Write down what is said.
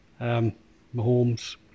Mahomes